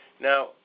Now